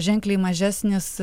ženkliai mažesnis